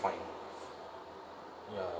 to find ya